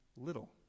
little